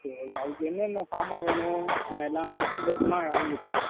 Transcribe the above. சரி ஓகே அதுக்கு என்னென்ன சாமான் வேணும் எல்லாம் லிஸ்ட்டு போட்டால் வாங்கி வச்சுடுவேங்க